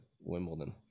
Wimbledon